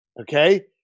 Okay